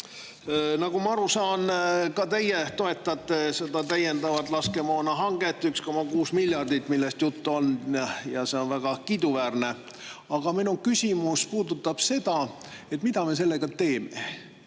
Nagu ma aru saan, ka teie toetate seda täiendavat laskemoonahanget 1,6 miljardi eest, millest juttu on olnud. See on väga kiiduväärne. Aga minu küsimus puudutab seda, mida me sellega teeme.